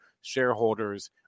shareholders